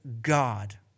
God